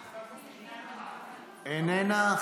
איננה.